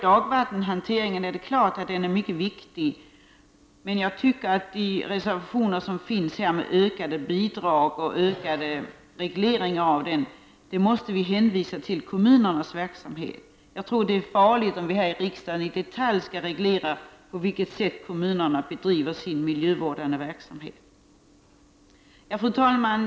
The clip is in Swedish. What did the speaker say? Dagvattenhanteringen är mycket viktig, men jag tycker att de reservationer som finns om ökade bidrag och om ökad reglering av denna hantering gäller sådant som måste hänföras till kommunernas verksamhet. Jag tror att det är farligt om vi här i riksdagen i detalj skulle reglera på vilket sätt kommunerna bedriver sin miljövårdande verksamhet. Fru talman!